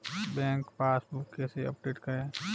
Bank passbook कैसे update करें?